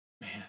Man